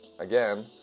Again